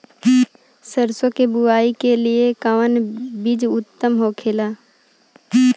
सरसो के बुआई के लिए कवन बिज उत्तम होखेला?